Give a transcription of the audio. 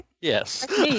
Yes